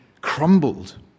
crumbled